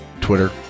Twitter